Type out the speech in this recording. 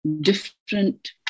different